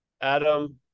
Adam